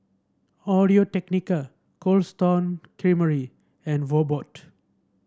Audio Technica Cold Stone Creamery and Mobot